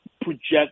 project